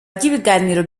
ry’ibiganiro